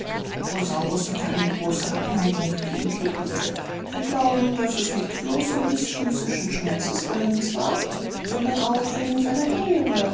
rosaurus hatte eine große abneigung gegen die ruthe wir glauben daß es nicht blos um des physischen schmerzes willen war sondern auch wegen seiner ehre